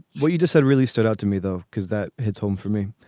what you just said really stood out to me, though, because that hits home for me